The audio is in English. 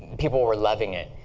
people were loving it.